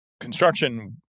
construction